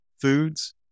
foods